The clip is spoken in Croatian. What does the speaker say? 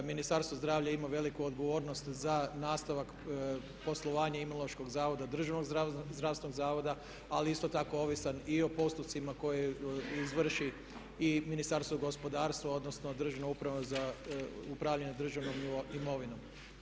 Ministarstvo zdravlja ima veliku odgovornost za nastavak poslovanja Imunološkog zavoda, državnog zdravstvenog zavoda ali je isto tako ovisan i o postupcima koje izvrši i Ministarstvo gospodarstva, odnosno državna uprava za upravljanje državnom imovinom.